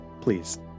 please